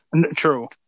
True